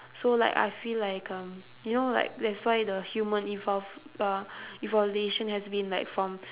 so like I feel like um you know like that's why the human evolve uh evolution has been like from